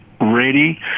ready